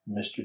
Mr